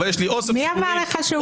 אבל יש לי אוסף --- מי אמר לך שהוא קיבל?